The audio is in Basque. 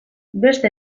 beste